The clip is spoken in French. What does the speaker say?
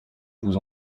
vous